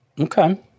Okay